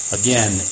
again